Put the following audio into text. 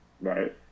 right